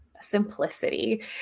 simplicity